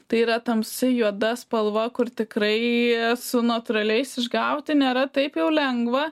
tai yra tamsi juoda spalva kur tikrai su natūraliais išgauti nėra taip jau lengva